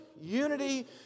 unity